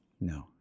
No